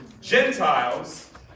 Gentiles